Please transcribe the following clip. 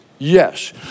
Yes